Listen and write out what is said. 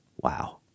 Wow